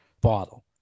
bottle